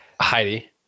Heidi